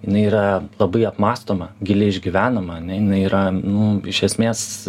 jinai yra labai apmąstoma giliai išgyvenama n jinai yra nu iš esmės